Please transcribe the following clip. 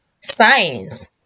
science